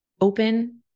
open